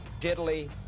diddly